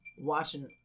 Watching